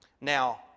Now